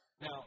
Now